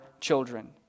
children